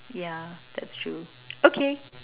yeah that's true okay